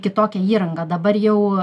kitokią įrangą dabar jau